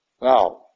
Now